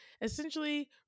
essentially